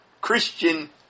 Christian